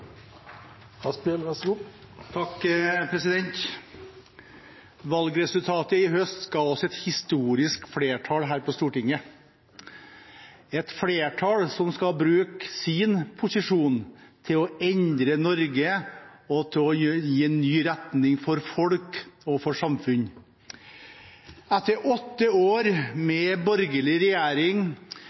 Valgresultatet i høst ga oss et historisk flertall på Stortinget – et flertall som skal bruke sin posisjon til å endre Norge og til å gi en ny retning for folk og for samfunn. Etter åtte år med borgerlig regjering,